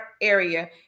area